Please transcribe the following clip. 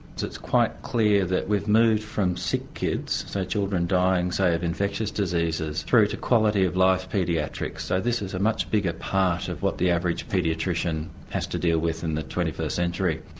it's it's quite clear that we've moved from sick kids, say children dying say of infectious diseases through to quality of life paediatrics, so this is a much bigger part of what the average paediatrician has to deal with in the twenty first century.